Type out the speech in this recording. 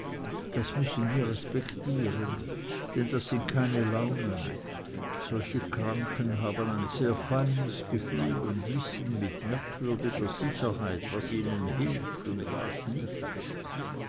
das müssen wir respektieren denn das sind keine launen solche kranken haben ein sehr feines gefühl und wissen mit merkwürdiger sicherheit was ihnen hilft und was nicht